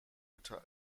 ritter